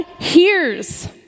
hears